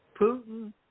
Putin